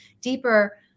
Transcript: deeper